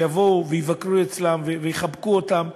שיבואו ויבקרו אצלם ויחבקו אותם.